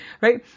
right